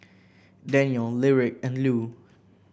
Danniel Lyric and Lue